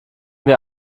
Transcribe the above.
wir